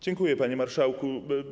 Dziękuję, panie marszałku.